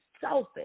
selfish